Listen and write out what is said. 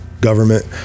government